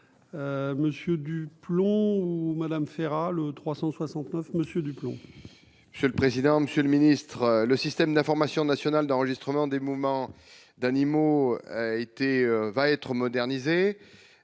Monsieur du plomb ou Madame Ferrat, le 369 monsieur du plomb. Monsieur le président, Monsieur le Ministre, le système d'information national d'enregistrement des moments d'animaux été va être modernisé,